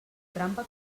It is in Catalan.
trampa